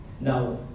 Now